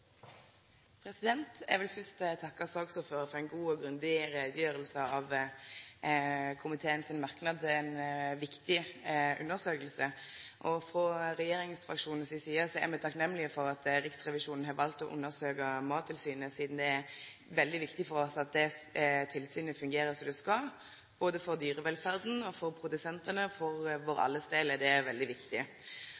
dyrevelferd. Eg vil fyrst takke saksordføraren for ei god og grundig utgreiing av komiteen sine merknader til ei viktig undersøking. Frå regjeringsfraksjonen si side er me takknemlege for at Riksrevisjonen har valt å undersøkje Mattilsynet, sidan det er veldig viktig for oss at tilsynet fungerer som det skal. Både for dyrevelferda, for produsentane og for vår